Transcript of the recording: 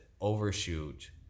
overshoot